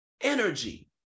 energy